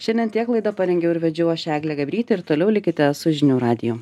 šiandien tiek laidą parengiau ir vedžiau aš eglė gabrytė ir toliau likite su žinių radiju